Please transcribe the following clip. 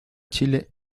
chile